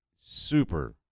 super